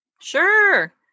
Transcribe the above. Sure